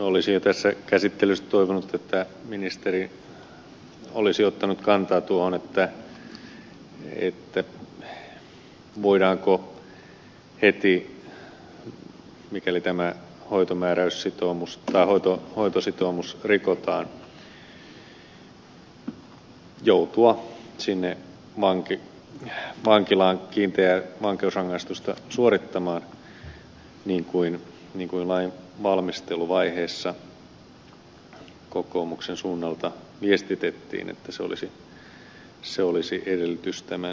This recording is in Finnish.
olisin tässä käsittelyssä toivonut että ministeri olisi ottanut kantaa tuohon voidaanko heti mikäli hoitositoumus rikotaan joutua vankilaan kiinteää vankeusrangaistusta suorittamaan niin kuin lain valmisteluvaiheessa kokoomuksen suunnalta viestitettiin että se olisi edellytys tämän lain käsittelylle